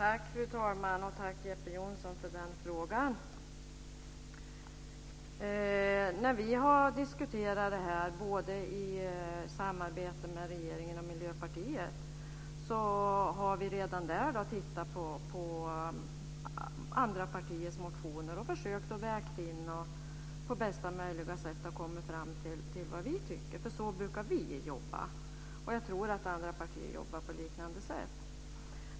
Fru talman! Tack, Jeppe Johnsson för den frågan. När vi har diskuterat det här i samarbete med regeringen och Miljöpartiet har vi tittat på andra partiers motioner och försökt göra avvägningar och komma fram till vad vi tycker. Så brukar vi jobba. Jag tror att andra partier jobbar på liknande sätt.